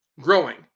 growing